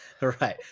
Right